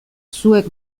zuek